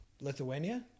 Lithuania